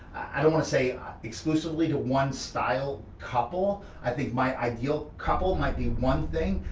i don't wanna say exclusively to one style couple, i think my ideal couple might be one thing,